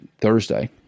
Thursday